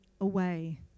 away